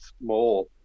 more